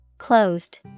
Closed